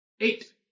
Eight